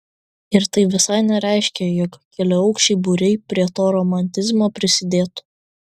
ir tai visai nereiškia jog keliaaukščiai biurai prie to romantizmo prisidėtų